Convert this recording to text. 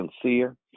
sincere